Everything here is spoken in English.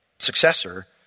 successor